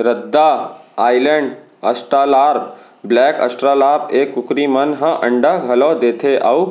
रद्दा Island, Australorp, black Australorp ए कुकरी मन ह अंडा घलौ देथे अउ